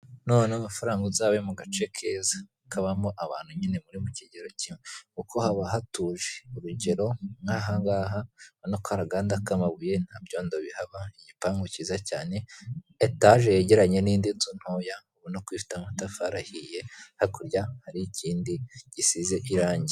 Nubona amafaranga uzabe mu gace keza kabamo abantu nyine muri mu kigero kimwe kuko haba hatuje, urugero nkahangaha urabona ko hari aganda k'amabuye ntabyondo bihaba igipangu cyiza cyane, etage yegeranye n'indi nzu ntoya ubona yo ko ifite amatafari ahiye hakurya hari ikindi gisize irangi.